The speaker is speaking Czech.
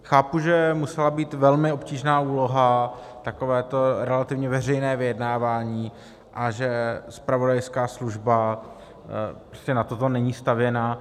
Chápu, že musela být velmi obtížná úloha takovéto relativně veřejné projednávání a že zpravodajská služba na toto není stavěná.